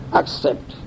accept